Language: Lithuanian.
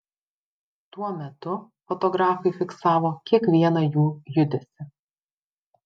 tuo metu fotografai fiksavo kiekvieną jų judesį